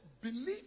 Believe